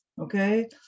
Okay